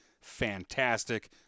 fantastic